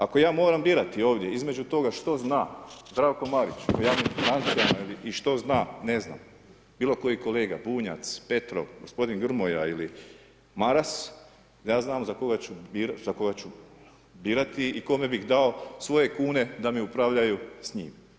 Ako ja moram birati ovdje između toga što zna Zdravko Marić o javnim financijama i što zna ne znam bilo koji kolega Bunjac, Petrov, gospodin Grmoja ili Maras, ja znam za koga ću birati i kome bih dao svoje kune da mi upravljaju s njim.